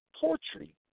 poetry